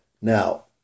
Now